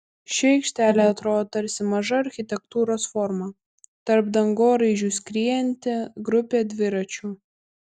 ši aikštelė atrodo tarsi maža architektūros forma tarp dangoraižių skriejanti grupė dviračių